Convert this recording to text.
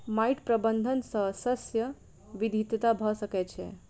माइट प्रबंधन सॅ शस्य विविधता भ सकै छै